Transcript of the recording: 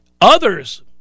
Others